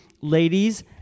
ladies